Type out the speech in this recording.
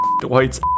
Dwight's